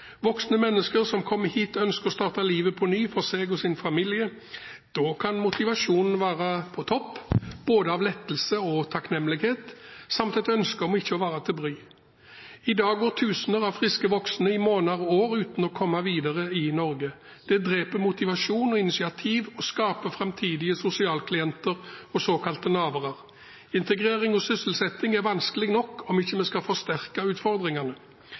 Voksne mennesker som kommer hit, ønsker å starte livet på ny for seg og sin familie. Da kan motivasjonen være på topp av både lettelse og takknemlighet samt et ønske om ikke å være til bry. I dag går tusener av friske voksne i måneder og år uten å komme videre i Norge. Det dreper motivasjon og initiativ og skaper framtidige sosialklienter og såkalte navere. Integrering og sysselsetting er vanskelig nok om vi ikke skal forsterke utfordringene.